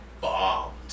bombed